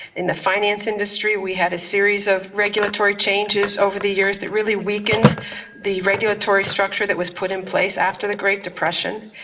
in the finance industry we had a series of regulatory changes over the years that really weakened the regulatory structure that was put in place after the great depression.